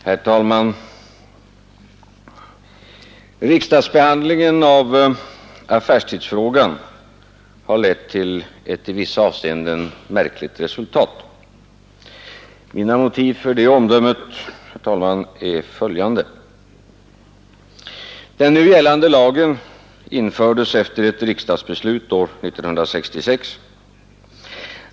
Herr talman! Riksdagsbehandlingen av affärstidsfrågan har lett till ett i vissa avseenden märkligt resultat. Mina motiv för det omdömet är följande. Den nu gällande lagen infördes efter ett riksdagsbeslut år 1966.